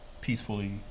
peacefully